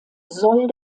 soll